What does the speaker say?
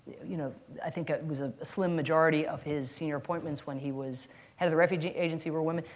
you know i think it was a slim majority of his senior appointments when he was head of the refugee agency were women.